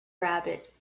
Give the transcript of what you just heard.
rabbit